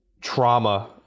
trauma